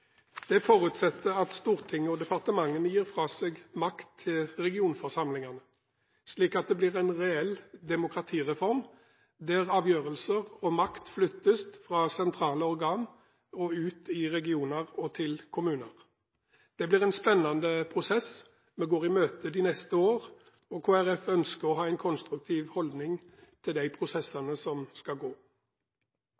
Det forutsetter at Stortinget og departementene gir fra seg makt til regionforsamlingene, slik at det blir en reell demokratireform der avgjørelser og makt flyttes fra sentrale organ ut til regioner og til kommunene. Det blir en spennende prosess vi går i møte de neste år, og Kristelig Folkeparti ønsker å ha en konstruktiv holdning til de